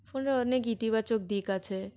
ফোনের অনেক ইতিবাচক দিক আছে